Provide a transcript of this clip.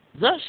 Thus